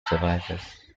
survivors